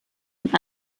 und